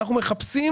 אנחנו מחפשים